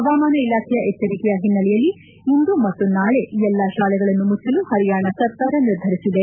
ಹವಾಮಾನ ಇಲಾಖೆಯ ಎಚ್ಚರಿಕೆಯ ಹಿನ್ನೆಲೆಯಲ್ಲಿ ಇಂದು ಮತ್ತು ನಾಳೆ ಎಲ್ಲಾ ಶಾಲೆಗಳನ್ನು ಮುಚ್ಚಲು ಹರಿಯಾಣಾ ಸರ್ಕಾರ ನಿರ್ಧರಿಸಿದೆ